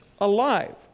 alive